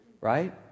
Right